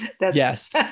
Yes